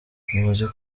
muzi